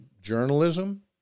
journalism